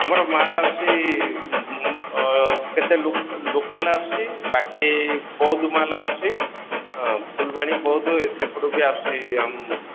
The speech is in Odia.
ଆମର ମାଲ୍ ଆସୁଛି କେତେ ଲୋକାଲ୍ ଆସୁଛି ବାକି ବୌଦ୍ଧ ମାଲ ଆସୁଛି ହଁ ଫୁଲବାଣୀ ବୌଦ ସେପଟୁ ବି ଆସୁଛି ଆମ